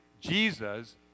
Jesus